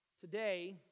Today